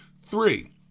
Three